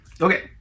Okay